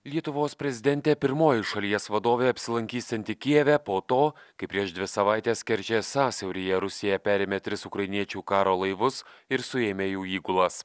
lietuvos prezidentė pirmoji šalies vadovė apsilankysianti kijeve po to kai prieš dvi savaites kerčės sąsiauryje rusija perėmė tris ukrainiečių karo laivus ir suėmė jų įgulas